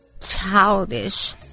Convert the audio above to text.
childish